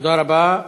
תודה רבה.